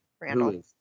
Randall